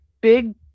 big